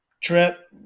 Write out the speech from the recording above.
trip